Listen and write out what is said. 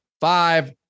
five